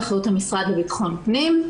באחריות המשרד לביטחון פנים.